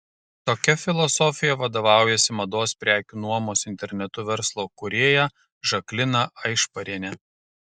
tokia filosofija vadovaujasi mados prekių nuomos internetu verslo kūrėja žaklina aišparienė